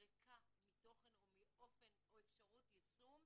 ריקה מתוכן או מאופן או אפשרות יישום,